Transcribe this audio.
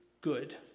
good